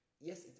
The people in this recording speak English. Yes